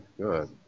good